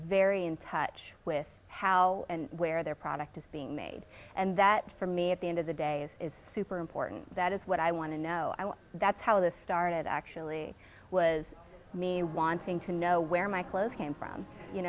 very in touch with how and where their product is being made and that for me at the end of the day is super important that is what i want to know that's how this started actually was me wanting to know where my clothes came from you